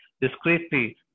discreetly